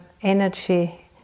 energy